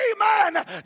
Amen